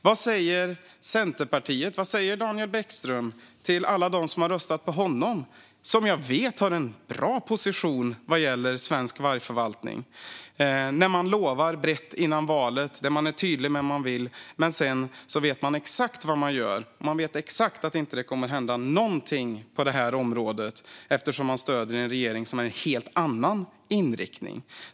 Vad säger Centerpartiets Daniel Bäckström till alla dem som har röstat på honom - som jag vet har en bra position vad gäller svensk vargförvaltning - när man lovar brett innan valet och är tydlig med vad man vill men sedan vet exakt att det inte kommer att hända någonting på det här området eftersom man stöder en regering som har en helt annan inriktning?